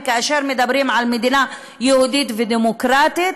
כאשר מדברים על מדינה יהודית ודמוקרטית?